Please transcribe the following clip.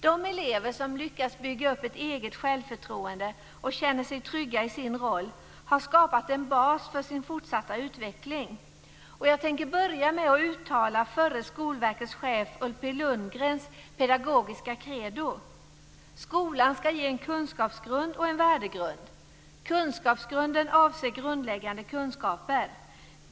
De elever som lyckas bygga upp ett eget självförtroende och känner sig trygga i sin roll har skapat en bas för sin fortsatta utveckling. Jag vill här börja med att uttala Skolverkets förre chef Ulf P Lundgrens pedagogiska credo: Skolan ska ge en kunskapsgrund och en värdegrund. Kunskapsgrunden avser grundläggande kunskaper.